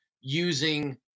using